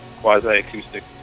quasi-acoustic